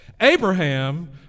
Abraham